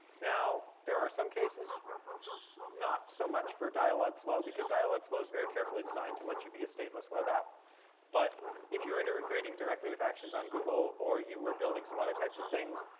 now, there are some cases not so much for dialogflow, because dialogflow is very carefully designed to let you be a stateless web app but if you're integrating directly with actions on google, or you were building some other types of things,